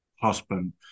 husband